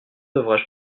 devrais